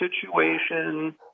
situation